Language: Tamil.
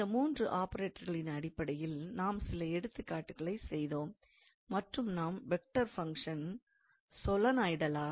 இந்த மூன்று ஆபரேட்டர்களின் அடிப்படையில் நாம் சில எடுத்துக்காட்டுகளை செய்தோம் மற்றும் நாம் வெக்டார் ஃபங்க்ஷன் சோலினாய்டலா